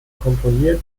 komponiert